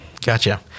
Gotcha